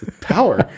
Power